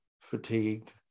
fatigued